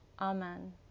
Amen